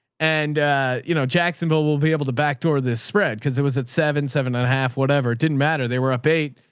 and you know, jacksonville will be able to backdoor this spread. cause it was at seven, seven and a half, whatever. it didn't matter. they were up eight.